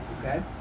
Okay